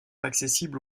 accessibles